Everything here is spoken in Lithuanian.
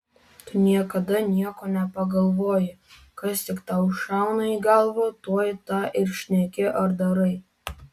tu niekada nieko nepagalvoji kas tik tau šauna į galvą tuoj tą ir šneki ar darai